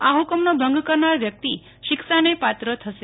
આ હુકમનો ભંગ કરનાર વ્યકિત શિક્ષાને પાત્ર થશે